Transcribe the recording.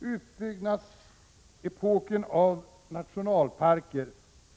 Utbyggnadsepoken när det gäller nationalparker